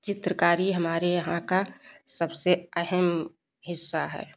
चित्रकारी हमारे यहाँ का सबसे अहम हिस्सा है